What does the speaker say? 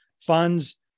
funds